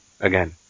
again